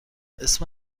اسم